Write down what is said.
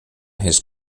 his